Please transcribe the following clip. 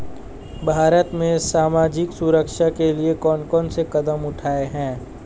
भारत में सामाजिक सुरक्षा के लिए कौन कौन से कदम उठाये हैं?